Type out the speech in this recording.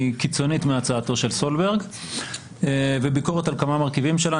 קיצונית מהצעתו של סולברג וביקורת על כמה מרכיבים שלה.